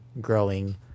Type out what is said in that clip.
growing